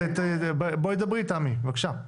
בקשה.